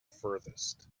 furthest